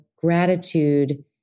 Gratitude